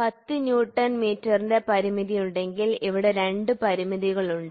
10 newton മീറ്ററിന്റെ പരിമിതി ഉണ്ടെങ്കിൽ ഇവിടെ രണ്ട് പരിമിതികളുണ്ട്